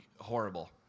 horrible